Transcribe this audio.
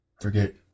forget